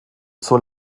zur